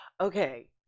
Okay